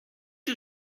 you